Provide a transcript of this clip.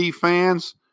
fans